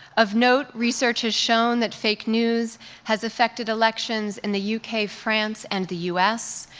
of note, research has shown that fake news has affected elections in the u k, france, and the u s.